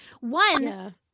One